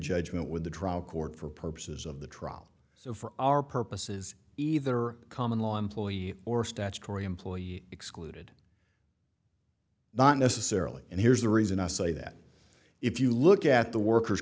judgment with the drug court for purposes of the trial so for our purposes either common law employee or statutory employer excluded not necessarily and here's the reason i say that if you look at the worker